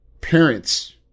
parents